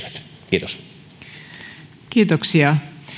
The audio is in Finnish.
kiitos